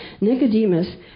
Nicodemus